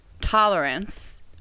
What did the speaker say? tolerance